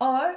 or